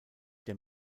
der